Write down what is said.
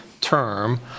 term